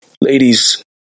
Ladies